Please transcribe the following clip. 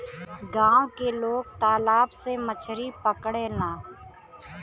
गांव के लोग तालाब से मछरी पकड़ेला